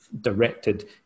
directed